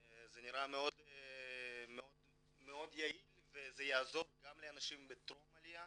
זה נראה מאוד יעיל וזה יעזור גם לאנשים בטרום העלייה,